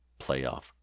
playoff